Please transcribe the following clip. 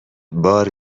بار